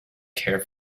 care